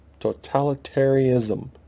Totalitarianism